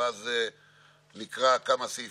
דרך אגב,